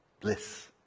bliss